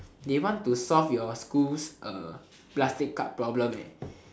they want to solve your schools uh plastic cup problem eh